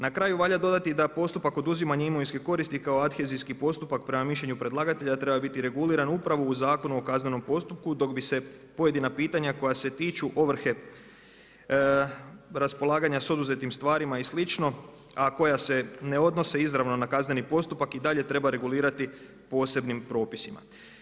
Na kraju valja dodati da postupak oduzimanja imovinske koristi kao adhezijski postupak prema mišljenju predlagatelja treba biti reguliran upravo u Zakonu o kaznenom postupku dok bi se pojedina pitanja koja se tiču ovrhe raspolaganja sa oduzetim stvarima i slično a koja se ne odnose izravno na kazneni postupak i dalje treba regulirati posebnim propisima.